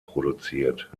produziert